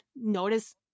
notice